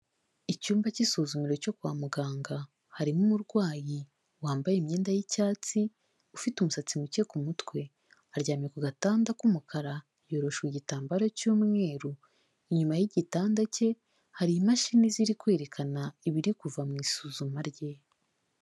Icyumba k'isuzumiro cyo kwa muganga harimo umurwayi wambaye imyenda y'icyatsi ufite umusatsi muke ku mutwe aryamye ku gatanda k'umukara yoroshe igitambaro cy'umweru inyuma y'igitanda cye hari imashini ziri kwerekana ibiri kuva mu isuzuma rye.